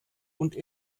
und